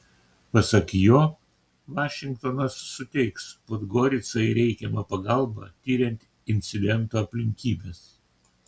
pasak jo vašingtonas suteiks podgoricai reikiamą pagalbą tiriant incidento aplinkybes